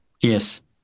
Yes